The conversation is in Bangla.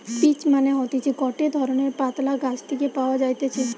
পিচ্ মানে হতিছে গটে ধরণের পাতলা গাছ থেকে পাওয়া যাইতেছে